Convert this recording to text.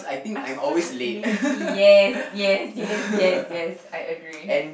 I'm such a lazy yes yes yes yes yes I agree